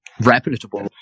reputable